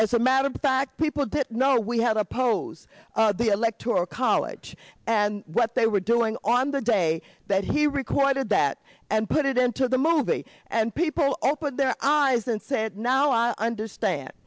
as a matter of fact people didn't know we had oppose the electoral college and what they were doing on the day that he recorded that and put it into the movie and people opened their eyes and said now i understand